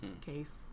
Case